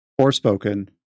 Forspoken